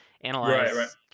analyze